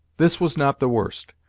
this was not the worst.